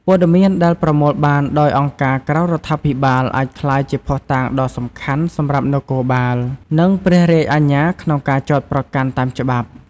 ព័ត៌មានដែលប្រមូលបានដោយអង្គការក្រៅរដ្ឋាភិបាលអាចក្លាយជាភស្តុតាងដ៏សំខាន់សម្រាប់នគរបាល និងព្រះរាជអាជ្ញាក្នុងការចោទប្រកាន់តាមច្បាប់។